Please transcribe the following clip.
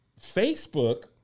Facebook